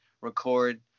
record